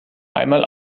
einmal